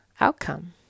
outcome